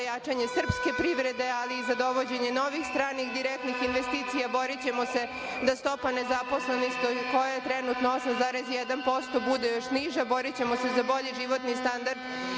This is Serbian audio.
za jačanje srpske privrede, ali i za dovođenje novih stranih direktnih investicija, borićemo se da stopa nezaposlenih koja je trenutno 8,1% bude još niža, borićemo se za bolji životni standard